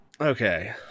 Okay